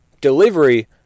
delivery